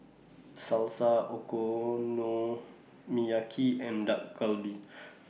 Salsa Okonomiyaki and Dak Galbi